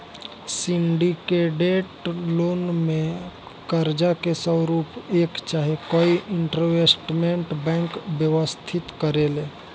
syndicated loan में कर्जा के स्वरूप एक चाहे कई इन्वेस्टमेंट बैंक व्यवस्थित करेले